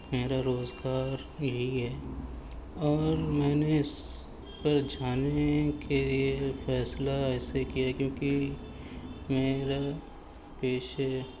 میرا روزگار یہی ہے اور میں نے اس پر جانے کے لیے فیصلہ ایسے کیا کیونکہ میرا پیشے